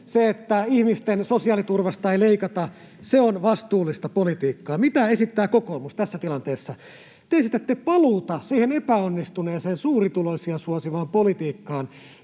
yllä, ihmisten sosiaaliturvasta ei leikata, on vastuullista politiikkaa. Mitä esittää kokoomus tässä tilanteessa? Te esitätte paluuta siihen epäonnistuneeseen, suurituloisia suosivaan politiikkaan,